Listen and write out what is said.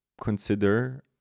consider